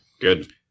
good